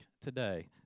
today